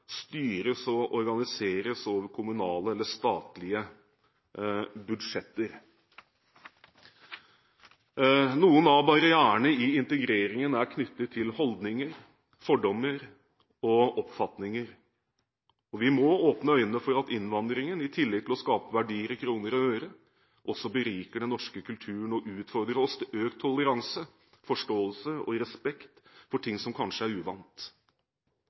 styres og organiseres over kommunale eller statlige budsjetter. Noen av barrierene i integreringen er knyttet til holdninger, fordommer og oppfatninger. Vi må åpne øynene for at innvandringen, i tillegg til å skape verdier i kroner og øre, også beriker den norske kulturen og utfordrer oss til økt toleranse, forståelse og respekt for ting som kanskje er uvant.